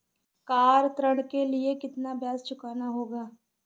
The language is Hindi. कार ऋण के लिए कितना ब्याज चुकाना होगा?